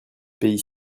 pays